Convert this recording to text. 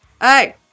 Hey